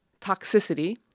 toxicity